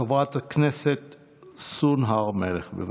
חברת הכנסת סון הר מלך, בבקשה.